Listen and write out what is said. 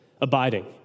abiding